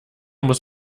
muss